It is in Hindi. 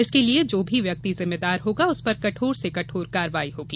इसके लिये जो भी व्यक्ति जिम्मेदार होगा उस पर कठोर से कठोर कार्रवाई होगी